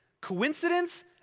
Coincidence